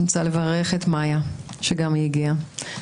אני רוצה לברך את מיה שגם היא הגיעה,